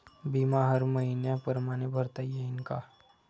बिमा हर मइन्या परमाने भरता येऊन का?